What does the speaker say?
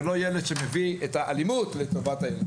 ולא ילד שמביא את האלימות לטובת ---.